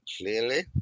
clearly